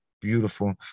beautiful